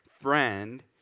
Friend